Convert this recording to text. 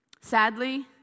Sadly